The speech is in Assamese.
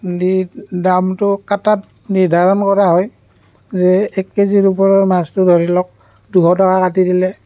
দি দামটো কাটাত নিৰ্ধাৰণ কৰা হয় যে এক কে জি ৰ ওপৰৰ মাছটো ধৰি লওক দুশ টকা কাটি দিলে